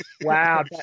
Wow